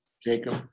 Jacob